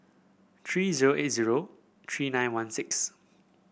three zero eight zero three nine one six